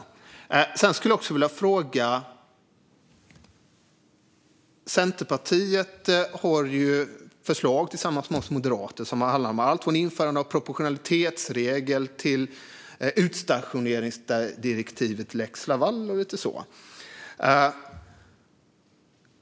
Tillsammans med oss moderater har ju Centerpartiet förslag som handlar om alltifrån införande av proportionalitetsregel till utstationeringsdirektivet lex Laval.